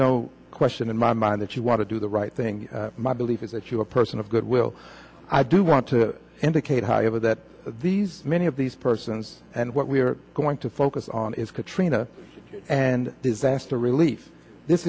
no question in my mind that you want to do the right thing my belief is that you are a person of goodwill i do want to indicate however that these many of these persons and what we're going to focus on is katrina and disaster relief this